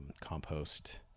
compost